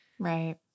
Right